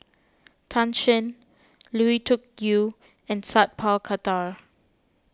Tan Shen Lui Tuck Yew and Sat Pal Khattar